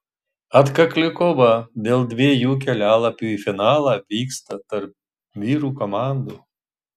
atkakli kova dėl dviejų kelialapių į finalą vyksta tarp vyrų komandų